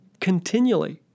continually